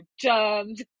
germs